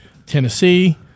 Tennessee